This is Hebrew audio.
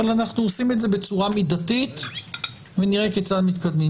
אבל אנחנו עושים את זה בצורה מידתית ונראה כיצד מתקדמים.